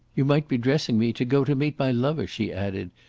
you might be dressing me to go to meet my lover, she added,